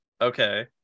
Okay